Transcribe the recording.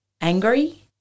angry